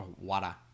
Water